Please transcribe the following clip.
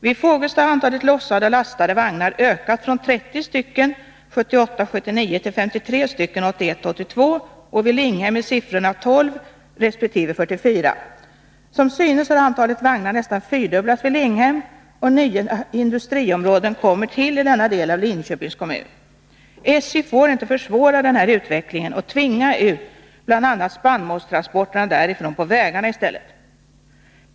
Vid Fågelsta har antalet lossade och lastade vagnar ökat från 30 stycken 1978 82, och för Linghem är siffrorna 12 resp. 44. Som synes har antalet vagnar vid Linghem nästan fyrdubblats, och nya industriområden kommer till i denna del av Linköpings kommun. SJ får inte försvåra denna utveckling och tvinga ut bl.a. spannmålstransporterna på vägarna i stället.